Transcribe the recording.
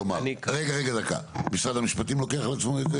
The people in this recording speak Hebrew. משרד המשפטים לוקח את זה על עצמו?